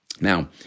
now